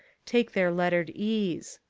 take their lettered ease.